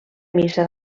missa